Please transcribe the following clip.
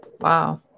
Wow